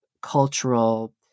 cultural